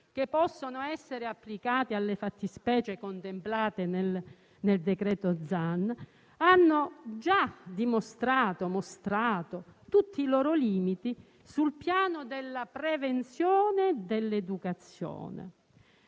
che possono essere applicate alle fattispecie contemplate nel disegno di legge Zan - hanno dimostrato e mostrato tutti i loro limiti sul piano della prevenzione e dell'educazione.